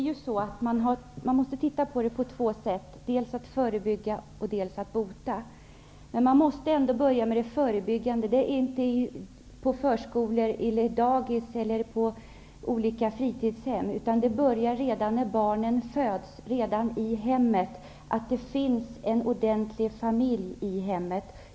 Herr talman! Man måste ju se på problemet på två sätt; det gäller dels att förebygga, dels att bota. Men man måste ändå börja med det förebyggande. Det börjar inte på dagis eller förskolor eller olika fritidshem, utan det börjar redan när barnen föds, redan i hemmet. Det är viktigt att det finns en ordentlig familj i hemmet.